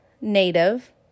native